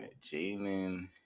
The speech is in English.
Jalen